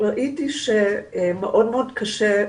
וראיתי שמאוד מאוד קשה.